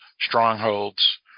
strongholds